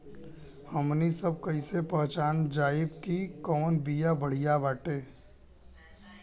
हमनी सभ कईसे पहचानब जाइब की कवन बिया बढ़ियां बाटे?